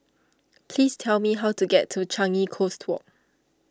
please tell me how to get to Changi Coast Walk